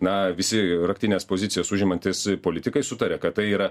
na visi raktines pozicijas užimantys politikai sutaria kad tai yra